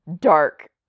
dark